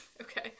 Okay